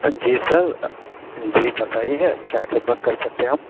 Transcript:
جی sir جی بتائیے کیا خدمت کر سکتے ہیں ہم